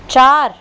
चार